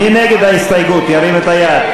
מי נגד ההסתייגות, ירים את היד.